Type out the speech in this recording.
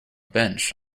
bench